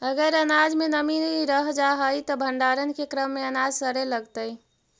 अगर अनाज में नमी रह जा हई त भण्डारण के क्रम में अनाज सड़े लगतइ